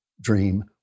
dream